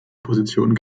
position